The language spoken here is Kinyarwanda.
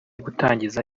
gutangiza